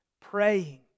Praying